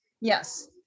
yes